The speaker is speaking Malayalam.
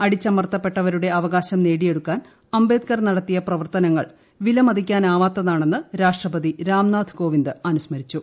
അടിച്ചമർത്തപ്പെട്ടവരുടെ അവകാശം നേടിയെടുക്കാൻ അംബേദ്കർ നടത്തിയ പ്രവർത്തനങ്ങൾ വിലമതിക്കാനാവാത്ത താണെന്ന് രാഷ്ട്രപതി രാംനാഥ് കോവിന്ദ് അനുസ്മരിച്ചു